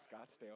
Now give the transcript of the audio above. Scottsdale